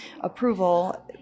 approval